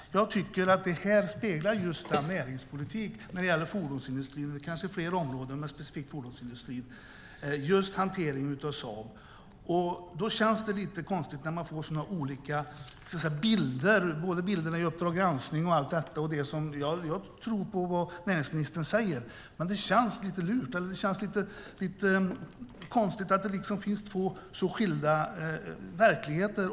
Jag tycker att hanteringen av Saab speglar näringspolitiken beträffande fordonsindustrin; det kanske gäller fler områden, men specifikt gäller det fordonsindustrin. Därför känns det lite konstigt när vi får så olika bilder - jag tänker på den bild som gavs i Uppdrag granskning . Jag tror på det som näringsministern säger, men det känns ändå lite konstigt med två så skilda verkligheter.